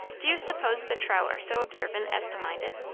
do you suppose the trout are so observant as to mind it?